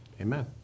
amen